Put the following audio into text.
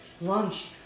lunch